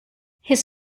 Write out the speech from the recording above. his